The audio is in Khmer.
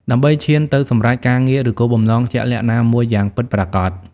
ដើម្បីឈានទៅសម្រេចការងារ ឫគោលបំណងជាក់លាក់ណាមួយយ៉ាងពិតប្រាកដ។